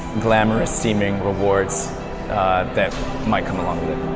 glamorous seeming rewards that might come along with it.